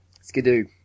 Skidoo